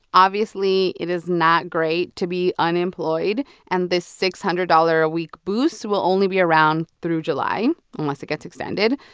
obviously, it is not great to be unemployed and this six hundred dollars a week boost will only be around through july, unless it gets extended.